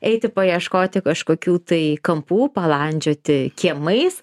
eiti paieškoti kažkokių tai kampų palandžioti kiemais